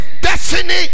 destiny